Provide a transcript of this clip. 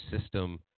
system